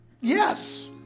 yes